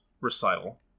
recital